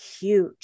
huge